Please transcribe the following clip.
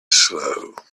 slow